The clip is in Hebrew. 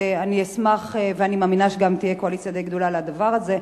ואני מאמינה שגם תהיה קואליציה די גדולה לדבר הזה.